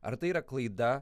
ar tai yra klaida